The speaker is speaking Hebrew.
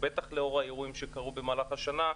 ובטח לאור האירועים שקרו במהלך השנה,